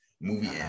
movie